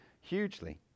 hugely